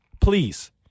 please